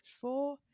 four